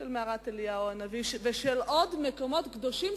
של מערת אליהו הנביא ושל עוד מקומות קדושים,